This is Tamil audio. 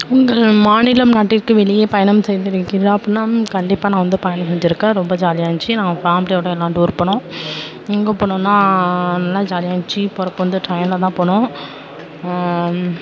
உங்கள் மாநிலம் நாட்டிற்கு வெளியே பயணம் செய்திருக்கிறீர்களா அப்பட்னா கண்டிப்பாக நான் வந்து பயணம் செஞ்சிருக்கேன் ரொம்ப ஜாலியாக இருந்துச்சு நாங்கள் ஃபேமிலியோட எல்லாம் டூர் போனோம் எங்கே போனோம்னால் எல்லாம் ஜாலியாக இருந்துச்சு போகிறப்ப வந்து ட்ரெயின்ல தான் போனோம்